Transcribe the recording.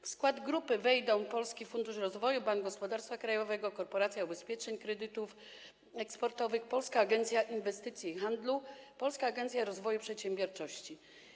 W skład grupy wejdą: Polski Fundusz Rozwoju, Bank Gospodarstwa Krajowego, Korporacja Ubezpieczeń Kredytów Eksportowych, Polska Agencja Inwestycji i Handlu, Polska Agencja Rozwoju Przedsiębiorczości.